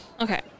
Okay